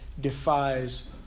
defies